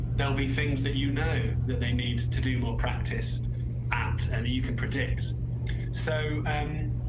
they'll be things that you know that they need to do more practice at, and you can predict so.